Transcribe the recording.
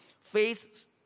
face